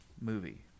movie